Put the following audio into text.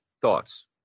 Thoughts